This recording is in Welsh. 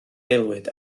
aelwyd